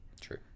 True